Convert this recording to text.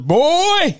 boy